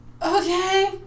Okay